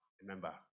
remember